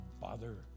bother